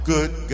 Good